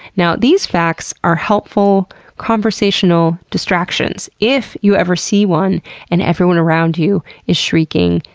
now, these facts are helpful conversational distractions if you ever see one and everyone around you is shrieking,